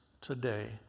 today